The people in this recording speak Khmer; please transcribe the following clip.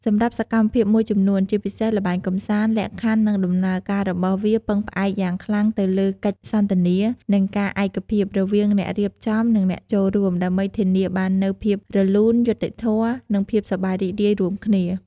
សម្រាប់សកម្មភាពមួយចំនួន ជាពិសេសល្បែងកម្សាន្ត លក្ខខណ្ឌ និងដំណើរការរបស់វាពឹងផ្អែកយ៉ាងខ្លាំងទៅលើ កិច្ចសន្ទនា និងការឯកភាព រវាងអ្នករៀបចំ និងអ្នកចូលរួម ដើម្បីធានាបាននូវភាពរលូន យុត្តិធម៌ និងភាពសប្បាយរីករាយរួមគ្នា។